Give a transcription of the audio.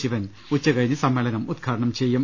ശിവൻ ഉച്ച കഴിഞ്ഞ് സമ്മേളനം ഉദ്ഘാടനം ചെയ്യും